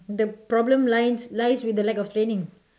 the problem lies lies with the lack of training